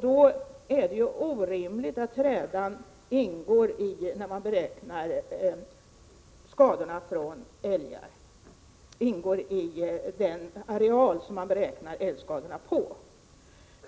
Då är det orimligt att trädan ingår i den areal som man beräknar älgskadorna på.